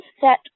set